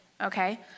Okay